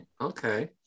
okay